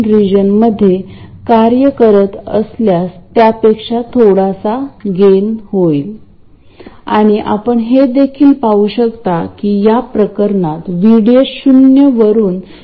म्हणून मी आशा करतो की हे तर्कशास्त्र अगदी स्पष्ट आहे जर नसेल तर कृपया व्याख्यान पुन्हा ऐका आणि पुन्हा एकदा तार्किकतेचे अनुसरण करा तर आपण प्रत्येक स्टेप मागचा तर्क समजून घेणे महत्वाचे आहे